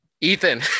Ethan